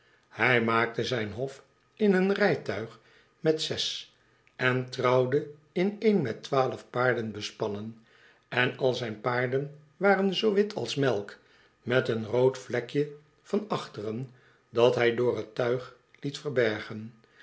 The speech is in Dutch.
hij maakte zijn hof in een rijtuig met zes en trouwde in een met twaalf paarden bespannen en al zijn paarden waren zoo wit als melk met een rood vlekje van achteren dat hij door t tuig liet verbergen